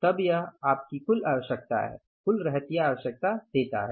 तब यह आपको कुल आवश्यकता कुल रहतिया आवश्यकता देता है